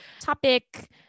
topic